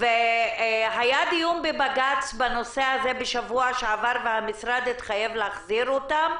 היה דיון בבג"צ בנושא הזה בשבוע שעבר והמשרד התחייב להחזיר אותם.